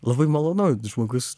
labai malonu žmogus